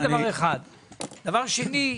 דבר שני.